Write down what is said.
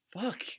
Fuck